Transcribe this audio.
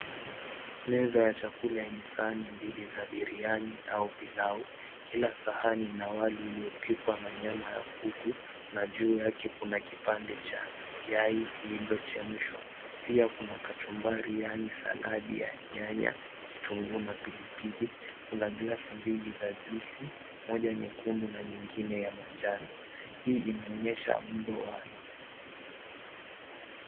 Meza ya chakula yenye sahani mbili za biriani au pilau. Kila sahani ina wali uliopikwa na nyama ya kuku na juu yake kuna kipande cha yai iliyo chemshwa pia kuna kachumbari yani saladi ya nyanya, kitunguu na pilipili. Kuna glasi mbili za juisi , moja nyekundu na nyingine ya manjano. Hii inaonyesha mlowai.